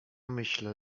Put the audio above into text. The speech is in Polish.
myślę